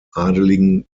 adligen